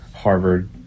Harvard